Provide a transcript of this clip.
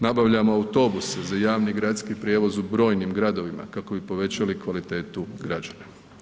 Nabavljamo autobuse za javni gradski prijevoz u brojnim gradovima kako bi povećali kvalitetu građana.